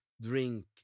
drink